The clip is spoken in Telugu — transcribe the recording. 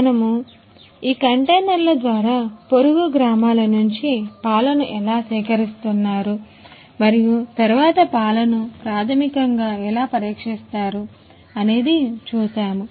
మనము ఈ కంటైనర్లు ద్వారా పొరుగు గ్రామాల నుంచి పాలన ఎలా సేకరిస్తున్నారు మరియు తరువాత పాలను ప్రాథమికంగా ఎలా పరీక్షిస్తారు అనేది చూశాము